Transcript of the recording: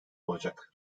olacak